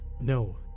No